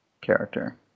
character